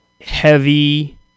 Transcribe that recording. heavy